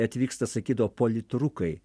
atvyksta sakydavo politrukai